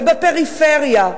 ובפריפריה.